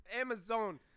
Amazon